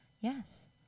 Yes